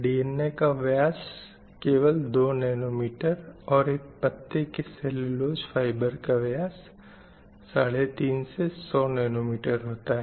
DNA का व्यास केवल 2 नैनोमीटर और एक पत्ते के सेल्युलोस फ़ाइबर का व्यास 35 100 नैनोमीटर होता है